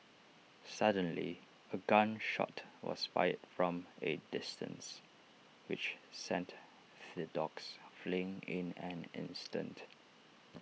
suddenly A gun shot was fired from A distance which sent the dogs fleeing in an instant